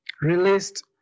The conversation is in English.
released